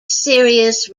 serious